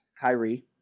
Kyrie